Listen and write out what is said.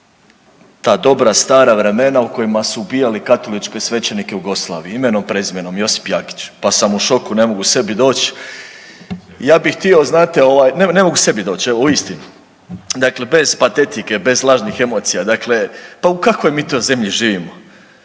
ta dobra stara vremena u kojima su ubijali katoličke svećenike u Jugoslaviji, imenom, prezimenom Josip Jagić, pa sam u šoku, ne mogu sebi doć. Ja bih htio, znate, ovaj, ne mogu sebi doć, evo, uistinu. Dakle bez patetike, bez lažnih emocija, dakle pa u kakvoj mi to zemlji živimo?